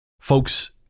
folks